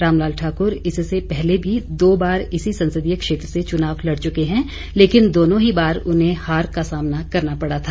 रामलाल ठाकुर इससे पहले भी दो बार इसी संसदीय क्षेत्र से चुनाव लड़ चुके हैं लेकिन दोनों ही बार उन्हें हार का सामना करना पड़ा था